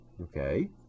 okay